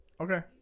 Okay